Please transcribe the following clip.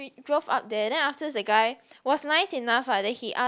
drove up there then afterwards the guy was nice enough lah then he ask